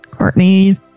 Courtney